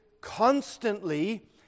constantly